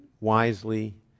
wisely